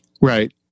Right